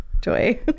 joy